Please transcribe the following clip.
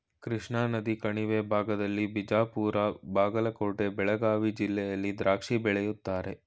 ಕೃಷ್ಣಾನದಿ ಕಣಿವೆ ಭಾಗದಲ್ಲಿ ಬಿಜಾಪುರ ಬಾಗಲಕೋಟೆ ಬೆಳಗಾವಿ ಜಿಲ್ಲೆಯಲ್ಲಿ ದ್ರಾಕ್ಷಿ ಬೆಳೀತಾರೆ